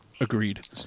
Agreed